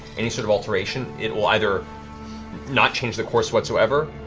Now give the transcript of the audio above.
any sort of alteration it will either not change the course whatsoever,